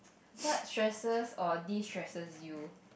what stresses or de stresses you